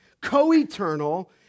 co-eternal